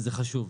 וזה חשוב,